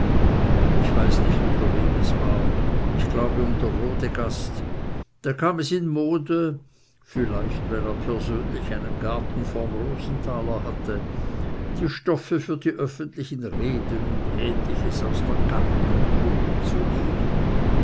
ich weiß nicht unter wem es war ich glaube unter rodegast da kam es in mode vielleicht weil er persönlich einen garten vorm rosentaler hatte die stoffe für die öffentlichen reden und ähnliches aus der gartenkunde zu nehmen